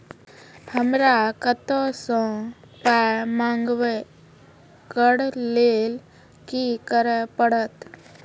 हमरा कतौ सअ पाय मंगावै कऽ लेल की करे पड़त?